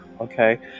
okay